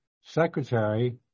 secretary